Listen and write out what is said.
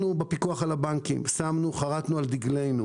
בפיקוח על הבנקים חרתנו על דגלנו